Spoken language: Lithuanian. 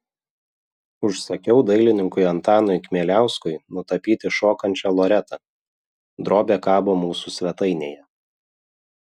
užsakiau dailininkui antanui kmieliauskui nutapyti šokančią loretą drobė kabo mūsų svetainėje